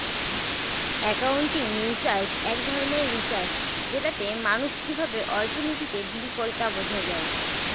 accounting research এক ধরনের research যেটাতে মানুষ কিভাবে অর্থনীতিতে ডিল করে তা বোঝা যায়